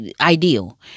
ideal